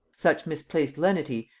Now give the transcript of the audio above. such misplaced lenity,